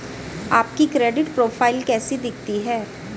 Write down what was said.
आपकी credit profile कैसी दिखती है?